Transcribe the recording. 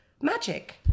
magic